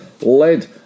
Lead